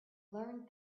learned